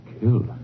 Killed